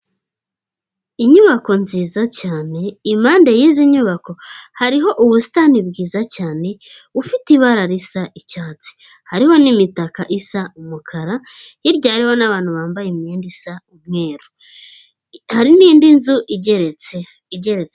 Inyubako nziza cyane, impande y'izi nyubako hariho ubusitani bwiza cyane bufite ibara risa icyatsi, hariho n'imitaka isa umukara, hirya hariho n'abantu bambaye imyenda umweru hari n'indi nzu igeretse, igeretse.